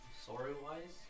story-wise